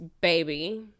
baby